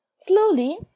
slowly